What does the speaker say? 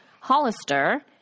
Hollister